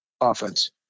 offense